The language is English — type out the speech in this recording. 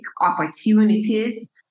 opportunities